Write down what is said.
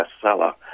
bestseller